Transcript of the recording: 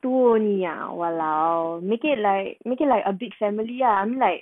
doo 你 ah !walao! make it like make it like a big family lah I mean like